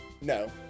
no